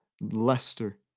Leicester